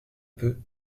peu